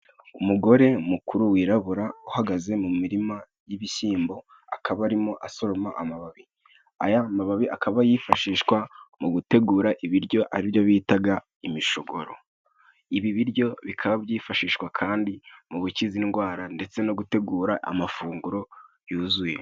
Umugore mukuru wirabura uhagaze mu mirima y'ibishyimbo akaba arimo asoroma amababi. Aya mababi akaba yifashishwa mu gutegura ibiryo aribyo bitaga "imishogoro". Ibi biryo bikaba byifashishwa kandi mu gukiza indwara ndetse no gutegura amafunguro yuzuye.